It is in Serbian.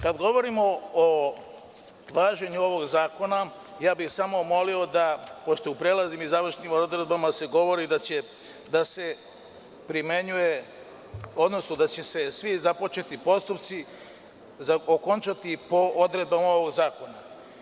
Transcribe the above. Kada govorimo o važenju ovog zakona, samo bih molio da pošto u prelaznim i završnim odredbama se govori da će da se primenjuje, odnosno da će se svi započeti postupci okončati po odredbama ovog zakona.